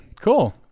cool